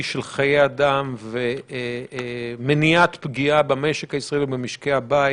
של חיי אדם ומניעת פגיעה במשק הישראלי ובמשקי הבית.